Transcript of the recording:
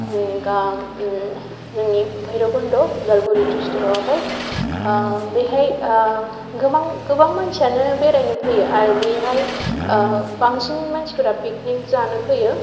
जेनेगा उम जोंनि भैर'कन्ध' अदालगुरि डिस्ट्रिक्टआवहाय बेहाय गोबां गोबां मानसियानो बेरायनो फैयो आरो बेहाय बांसिन मानसिफोरा पिगनिक जानो फैयो